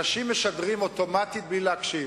אנשים משדרים אוטומטית בלי להקשיב,